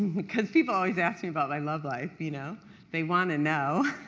because people always asked me about my love life you know they want to know.